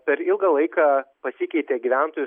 per ilgą laiką pasikeitė gyventojų